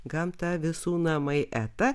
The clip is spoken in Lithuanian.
gamta visų namai eta